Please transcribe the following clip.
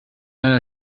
einer